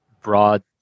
broad